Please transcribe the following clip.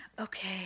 Okay